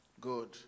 good